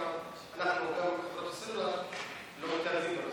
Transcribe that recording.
גם חברות הסלולר לא מתערבות בנושא.